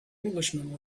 englishman